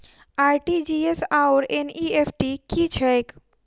RTGS आओर NEFT की छैक?